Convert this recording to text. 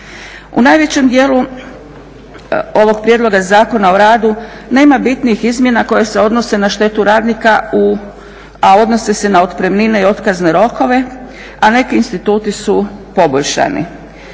U najvećem dijelu ovog prijedloga Zakona o radu nema bitnih izmjena koje se odnose na štetu radnika, a odnose se na otpremnine i otkazne rokove, a neki instituti su poboljšani.